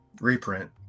Reprint